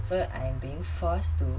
so I am being forced to